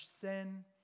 sin